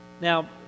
Now